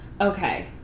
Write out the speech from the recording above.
Okay